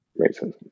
racism